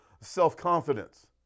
self-confidence